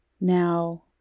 now